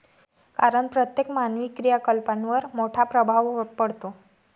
कारण प्रत्येक मानवी क्रियाकलापांवर मोठा प्रभाव पडतो